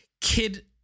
kid